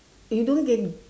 you don't get